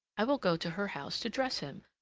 i will go to her house to dress him,